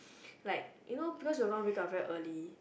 like you know because we are gonna wake up very early